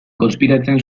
konspiratzen